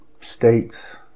states